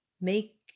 make